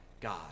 God